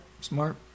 smart